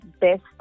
best